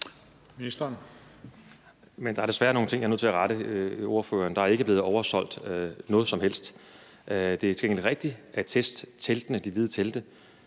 der er desværre nogle ting, jeg er nødt til at rette hos ordføreren. Der er ikke blevet oversolgt noget som helst. Det er til gengæld rigtigt, at de hvide testtelte